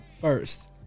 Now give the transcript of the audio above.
First